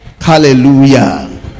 Hallelujah